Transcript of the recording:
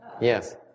Yes